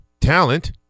talent